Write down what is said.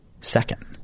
Second